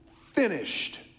finished